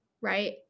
right